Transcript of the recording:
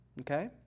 Okay